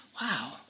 wow